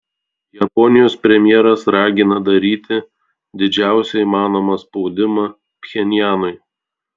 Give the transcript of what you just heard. japonijos premjeras ragina daryti didžiausią įmanomą spaudimą pchenjanui